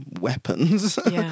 weapons